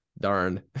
darn